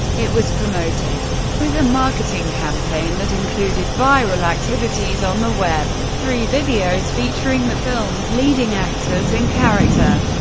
it was promoted with a marketing campaign that included viral activities on the web. three videos featuring the film's leading actors in character,